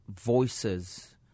voices